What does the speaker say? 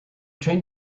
train